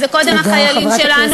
אז זה קודם החיילים שלנו,